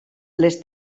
les